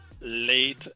late